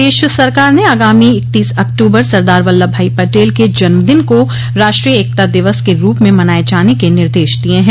प्रदेश सरकार ने आगामी इकतीस अक्टूबर सरदार वल्लभ भाई पटेल के जन्म दिन को राष्ट्रीय एकता दिवस के रूप में मनाये जाने के निर्देश दिये हैं